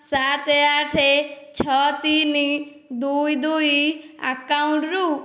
ସାତ ଆଠ ଛଅ ତିନି ଦୁଇ ଦୁଇ ଆକାଉଣ୍ଟରୁ